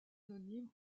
anonymes